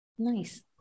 nice